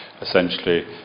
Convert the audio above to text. essentially